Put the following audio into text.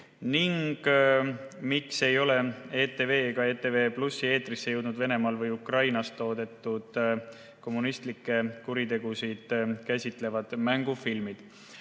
ning "Miks ei ole ETV ega ETV+ eetrisse jõudnud Venemaal või Ukrainas toodetud kommunismikuritegusid käsitlevad mängufilmid?"